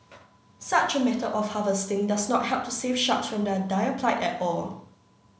such a method of harvesting does not help to save sharks from their dire plight at all